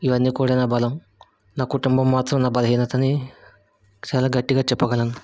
ఇవి అన్నీ కూడా నా బలం నా కుటుంబ మాత్రం నా బలహీనతను చాలా గట్టిగా చెప్పగలను